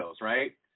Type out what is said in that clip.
right